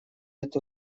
это